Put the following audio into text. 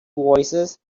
voicesand